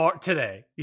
today